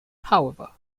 however